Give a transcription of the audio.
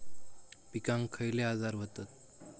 पिकांक खयले आजार व्हतत?